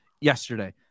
yesterday